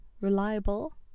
reliable